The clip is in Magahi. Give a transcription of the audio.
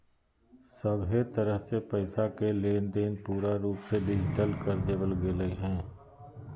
सभहे तरह से पैसा के लेनदेन पूरा रूप से डिजिटल कर देवल गेलय हें